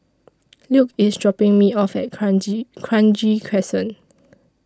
Luke IS dropping Me off At Kranji Kranji Crescent